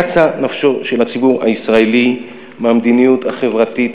קצה נפשו של הציבור הישראלי במדיניות החברתית